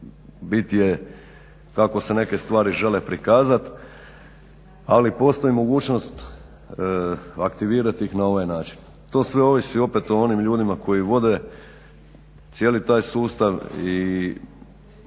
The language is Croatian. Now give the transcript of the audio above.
bit je kako se neke stvari žele prikazat ali postoji mogućnost aktivirati ih na ovaj način. To sve ovisi opet o onim ljudima koji vode cijeli taj sustav i